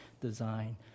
design